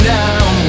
now